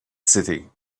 city